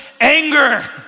anger